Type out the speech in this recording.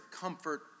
comfort